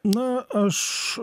na aš